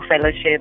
fellowship